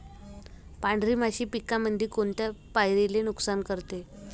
पांढरी माशी पिकामंदी कोनत्या पायरीले नुकसान करते?